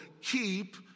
keep